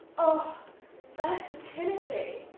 oh versatility!